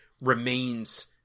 remains